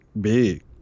big